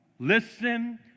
Listen